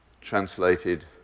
translated